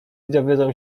dowiedzą